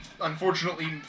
unfortunately